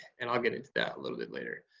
and i'll get into that a little bit later.